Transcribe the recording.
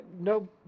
no